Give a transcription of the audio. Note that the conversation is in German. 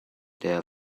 der